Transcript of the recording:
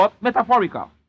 metaphorical